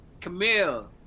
Camille